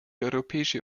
europäische